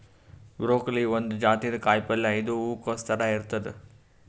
broccoli ಒಂದ್ ಜಾತಿದ್ ಕಾಯಿಪಲ್ಯ ಇದು ಹೂಕೊಸ್ ಥರ ಇರ್ತದ್